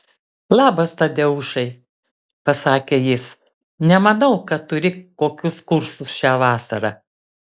labas tadeušai pasakė jis nemanau kad turi kokius kursus šią vasarą